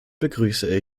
begrüße